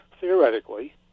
theoretically